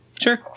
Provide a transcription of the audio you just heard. Sure